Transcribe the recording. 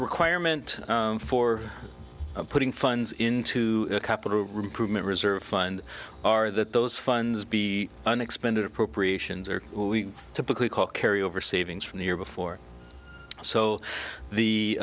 requirement for putting funds into capital recruitment reserve fund are that those funds be an expended appropriations or we typically call carry over savings from the year before so the